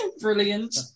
Brilliant